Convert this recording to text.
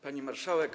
Pani Marszałek!